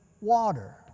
water